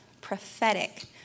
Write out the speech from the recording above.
prophetic